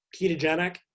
ketogenic